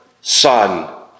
son